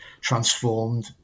transformed